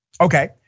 Okay